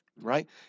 right